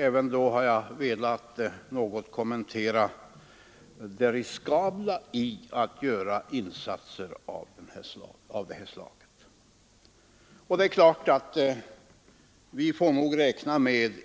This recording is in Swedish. Jag har även något berört det riskabla med insatser av detta slag. Vi får